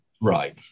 Right